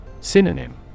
Synonym